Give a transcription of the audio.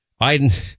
Biden